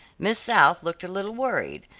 miss south looked a little worried,